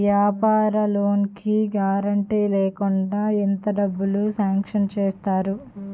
వ్యాపార లోన్ కి గారంటే లేకుండా ఎంత డబ్బులు సాంక్షన్ చేస్తారు?